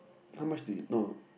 how much did no